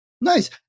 Nice